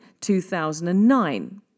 2009